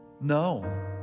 No